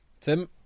Tim